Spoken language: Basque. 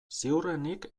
ziurrenik